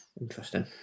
Interesting